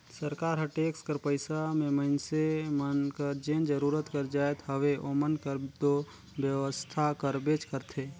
सरकार हर टेक्स कर पइसा में मइनसे मन कर जेन जरूरत कर जाएत हवे ओमन कर दो बेवसथा करबेच करथे